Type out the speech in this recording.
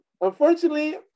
unfortunately